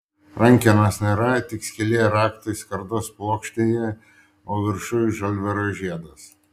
rankenos nėra tik skylė raktui skardos plokštėje o viršuj žalvario žiedas